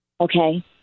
Okay